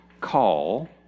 call